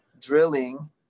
drilling